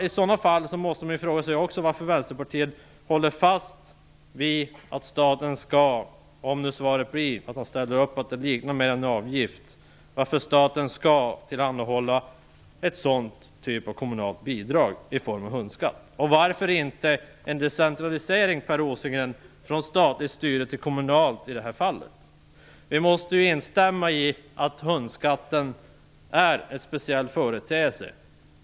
I så fall måste man också fråga sig varför Vänsterpartiet håller fast vid att staten - om nu svaret blir att man ställer upp på att detta är att likna vid en avgift - skall tillhandahålla den sortens kommunalt bidrag, dvs. i form av hundskatt. Varför inte en decentralisering från statligt styre till kommunalt styre i det här fallet, Per Vi måste ju instämma i att hundskatten är en speciell företeelse.